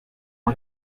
ont